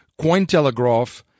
Cointelegraph